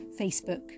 Facebook